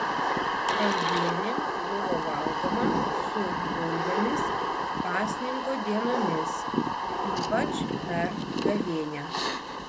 raugienė buvo valgoma su bulvėmis pasninko dienomis ypač per gavėnią